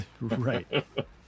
Right